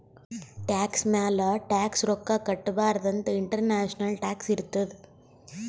tax ಮ್ಯಾಲ tax ರೊಕ್ಕಾ ಕಟ್ಟಬಾರ್ದ ಅಂತ್ ಇಂಟರ್ನ್ಯಾಷನಲ್ ಟ್ಯಾಕ್ಸ್ ಇರ್ತುದ್